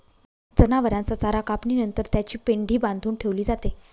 जनावरांचा चारा कापणी नंतर त्याची पेंढी बांधून ठेवली जाते